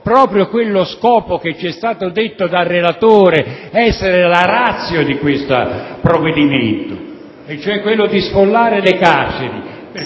proprio lo scopo che ci è stato detto dal relatore essere la *ratio* di questo provvedimento, cioè quello di sfollare le carceri.